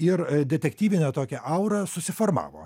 ir detektyvinė tokia aura susiformavo